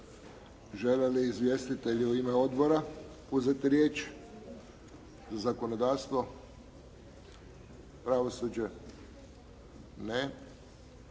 Žele li izvjestitelji u ime odbora uzeti riječ? Zakonodavstvo? Pravosuđe? Ne.